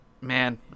Man